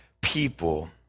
people